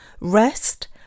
rest